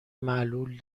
معلول